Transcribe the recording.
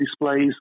displays